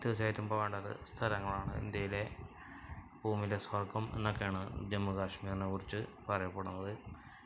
തീർച്ചയായിട്ടും പോവേണ്ടത് സ്ഥലങ്ങളാണ് ഇന്ത്യയിലെ ഭൂമിയുടെ സ്വർഗം എന്നൊക്കെയാണ് ജമ്മുകശ്മീരിനെക്കുറിച്ച് പറയപ്പെടുന്നത്